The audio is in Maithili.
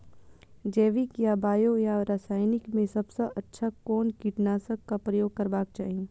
जैविक या बायो या रासायनिक में सबसँ अच्छा कोन कीटनाशक क प्रयोग करबाक चाही?